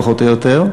פחות או יותר,